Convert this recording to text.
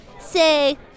Say